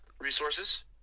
Resources